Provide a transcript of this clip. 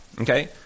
Okay